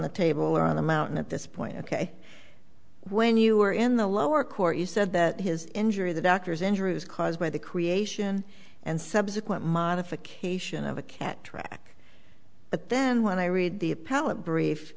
the table or on the mountain at this point ok when you were in the lower court you said that his injury the doctors injury was caused by the creation and subsequent modification of a cat track but then when i read the appellate brief